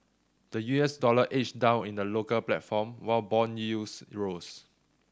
the U S dollar edged down in the local platform while bond yields rose